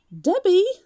Debbie